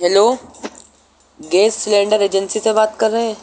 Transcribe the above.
hello gas cylinder agency سے بات کر رہے ہیں